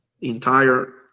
entire